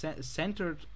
centered